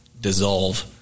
dissolve